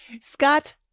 Scott